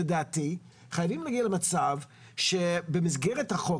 לדעתי חייבים להגיע למצב שבמסגרת החוק